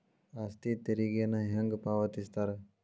ಆಸ್ತಿ ತೆರಿಗೆನ ಹೆಂಗ ಪಾವತಿಸ್ತಾರಾ